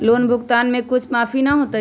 Loan भुगतान में कुछ माफी न होतई?